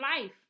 life